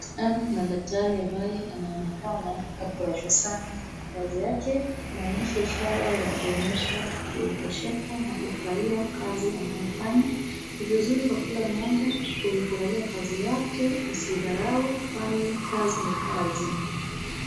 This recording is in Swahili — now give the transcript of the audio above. Hapa kuna daktari ambaye anaonekana kufurahishwa sana na kazi yake, na inaonyesha ishara ya kuonyesha kutosheka na kufurahia kazi anayofanya. Ni vizuri kwa kila mmoja kuifurahia kazi yake asiidharau kwani kazi ni kazi.